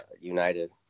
United